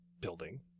building